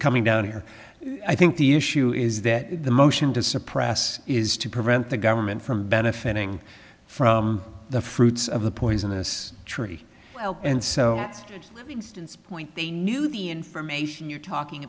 coming down here i think the issue is that the motion to suppress is to prevent the government from benefiting from the fruits of the poisonous tree and so that's been since point they knew the information you're talking